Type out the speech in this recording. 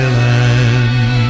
land